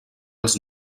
els